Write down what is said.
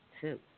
two